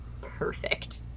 Perfect